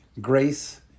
grace